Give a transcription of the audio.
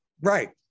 Right